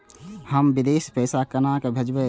हम विदेश पैसा केना भेजबे?